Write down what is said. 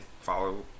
Follow